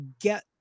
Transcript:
get